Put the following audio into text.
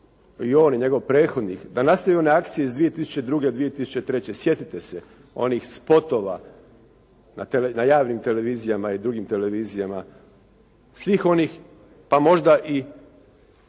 i on i njegov prethodnik da nastavi one akcije iz 2002., 2003. Sjetite se onih spotova na javnim televizijama i drugim televizijama. Svih onih pa možda i